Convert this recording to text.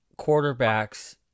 quarterbacks